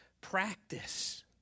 practice